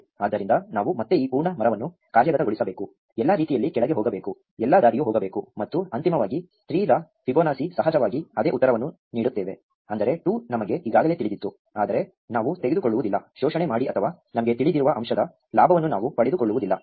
ಆದ್ದರಿಂದ ನಾವು ಮತ್ತೆ ಈ ಪೂರ್ಣ ಮರವನ್ನು ಕಾರ್ಯಗತಗೊಳಿಸಬೇಕು ಎಲ್ಲಾ ರೀತಿಯಲ್ಲಿ ಕೆಳಗೆ ಹೋಗಬೇಕು ಎಲ್ಲಾ ದಾರಿಯೂ ಹೋಗಬೇಕು ಮತ್ತು ಅಂತಿಮವಾಗಿ 3 ರ ಫೈಬೊನಾಚಿ ಸಹಜವಾಗಿ ಅದೇ ಉತ್ತರವನ್ನು ನೀಡುತ್ತೇವೆ ಅಂದರೆ 2 ನಮಗೆ ಈಗಾಗಲೇ ತಿಳಿದಿತ್ತು ಆದರೆ ನಾವು ತೆಗೆದುಕೊಳ್ಳುವುದಿಲ್ಲ ಶೋಷಣೆ ಮಾಡಿ ಅಥವಾ ನಮಗೆ ತಿಳಿದಿರುವ ಅಂಶದ ಲಾಭವನ್ನು ನಾವು ಪಡೆದುಕೊಳ್ಳುವುದಿಲ್ಲ